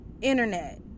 Internet